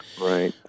Right